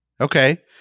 Okay